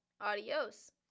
adios